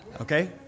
Okay